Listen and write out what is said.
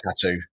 tattoo